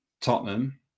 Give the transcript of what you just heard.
Tottenham